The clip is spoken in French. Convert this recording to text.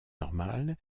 normale